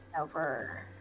over